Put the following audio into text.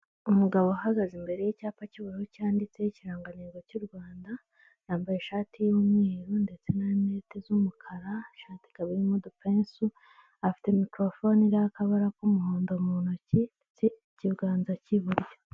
Umugabo ahahagaze imbere y'icyapa cy'ubururu cyanditseho ikirangantego cy'u Rwanda, yambaye ishati y'umweru ndetse na rinete z'umukara, ishati ikaba irimo udupesu, afite mikorofone iriho akabara k'umuhondo mu ntoki mu kiganza cy'iburyo.